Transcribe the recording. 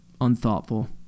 unthoughtful